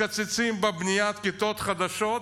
מקצצים בבניית כיתות חדשות.